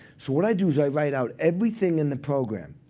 so what i do is i write out everything in the program,